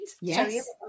Yes